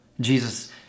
Jesus